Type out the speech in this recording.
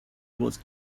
was